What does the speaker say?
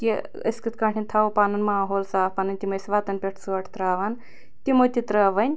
کہِ أسۍ کِتھ کٲٹھۍ تھاوو پَنُن ماحول صاف پَنٕنۍ تم أسۍ وَتَن پٮ۪ٹھ ژھۄٹھ ترٛاوان تِمو تہِ ترٛٲو وۄنۍ